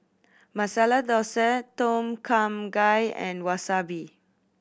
Masala Dosa Tom Kha Gai and Wasabi